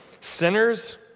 sinners